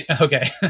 Okay